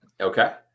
Okay